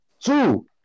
Two